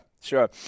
sure